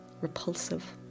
repulsive